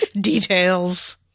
Details